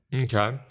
Okay